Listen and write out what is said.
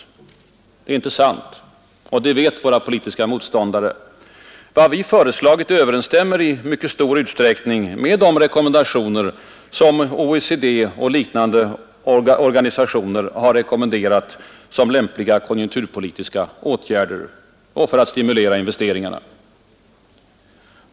Det är inte sant. Det vet våra politiska motståndare. Vad vi föreslagit överenstämmer i mycket stor utsträckning med de rekommendationer som OECD och liknande organisationer har rekommenderat som lämpliga konjunkturpolitiska åtgärder och för att stimulera investeringarna.